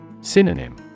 Synonym